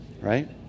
right